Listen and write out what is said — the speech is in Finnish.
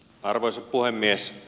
arvoisa puhemies